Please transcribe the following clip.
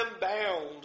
bound